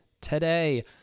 today